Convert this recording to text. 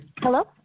Hello